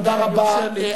תודה רבה.